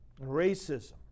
racism